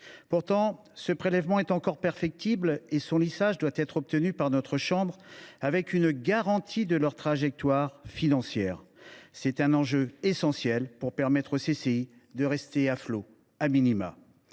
Pourtant, ce prélèvement est encore perfectible et son lissage doit être obtenu par le Sénat avec une garantie de leur trajectoire financière. C’est un enjeu essentiel pour permettre aux CCI de rester à flot, … Il